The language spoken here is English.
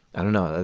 i don't know.